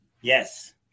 Yes